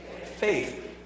faith